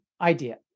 idea